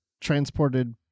transported